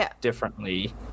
differently